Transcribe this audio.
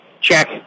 check